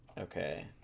Okay